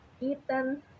eaten